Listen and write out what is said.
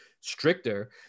stricter